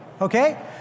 Okay